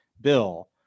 bill